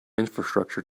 infrastructure